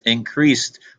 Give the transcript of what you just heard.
increased